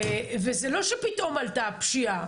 וזה לא שפתאום עלתה הפשיעה.